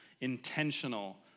intentional